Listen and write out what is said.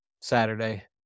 Saturday